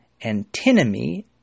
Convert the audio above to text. antinomy